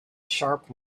sharp